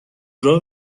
راه